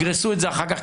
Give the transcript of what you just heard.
ויגרסו את זה אחר כך,